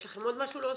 יש לכם עוד משהו להוסיף?